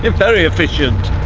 and very efficient.